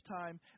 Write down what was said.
time